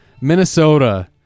Minnesota